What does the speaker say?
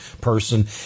person